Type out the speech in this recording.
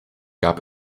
gab